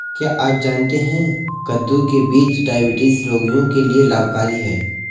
क्या आप जानते है कद्दू के बीज डायबिटीज रोगियों के लिए लाभकारी है?